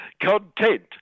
content